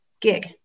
gig